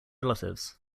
relatives